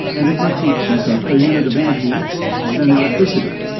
and it must be cheaper per unit of energy than electricity.